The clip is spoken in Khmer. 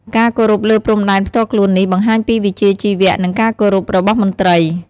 ការគោរពលើព្រំដែនផ្ទាល់ខ្លួននេះបង្ហាញពីវិជ្ជាជីវៈ និងការគោរពរបស់មន្ត្រី។